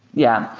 yeah.